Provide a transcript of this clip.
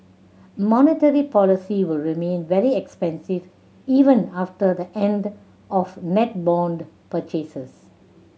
monetary policy will remain very expansive even after the end of net bond purchases